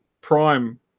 Prime